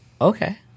Okay